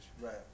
Right